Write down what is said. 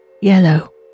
Yellow